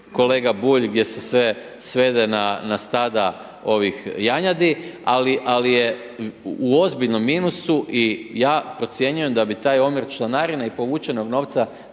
kolega Bulj, gdje se sve svede na stada, ovih, janjadi, ali, ali je u ozbiljnom minusu i ja procjenjujem da bi taj omjer članarina i povučenog novca,